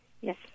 Yes